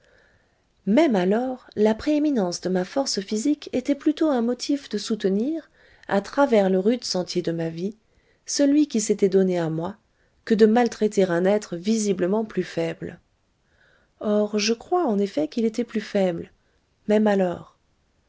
même alors la prééminence de ma force physique était plutôt un motif de soutenir à travers le rude sentier de ma vie celui qui s'était donné à moi que de maltraiter un être visiblement plus faible or je crois en effet qu'il était plus faible même alors